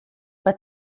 but